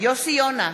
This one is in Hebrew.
יוסי יונה,